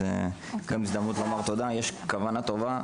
זו גם הזדמנות לומר תודה על הכוונה הטובה שיש כאן,